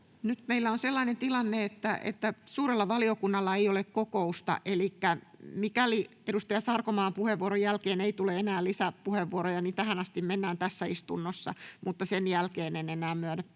Nyt meillä on sellainen tilanne, että suurella valiokunnalla ei ole kokousta, elikkä mikäli edustaja Sarkomaan puheenvuoron jälkeen ei tule enää lisäpuheenvuoroja, niin tähän asti mennään tässä istunnossa, mutta sen jälkeen en enää myönnä puheenvuoroja